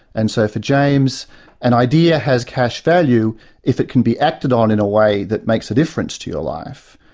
and so for james an idea has cash value if it can be acted on in a way that makes a difference to your life,